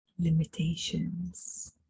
limitations